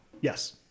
Yes